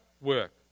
work